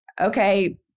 okay